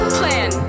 plan